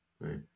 right